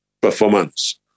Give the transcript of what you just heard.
performance